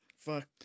fuck